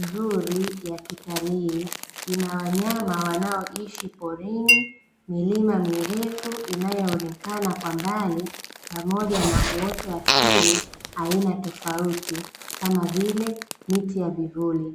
nzuri ya kitalii, ina wanyama wanaoishi porini, milima mirefu inayoonekana kwa mbali pamoja na uoto asili aina tofauti, kama vile miti ya vivuli.